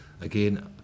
Again